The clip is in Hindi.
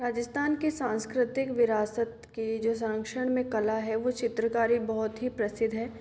राजस्थान के सांस्कृतिक विरासत के जो सांक्षण में कला है वो चित्रकारी बहुत ही प्रसिद्ध है